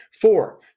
Four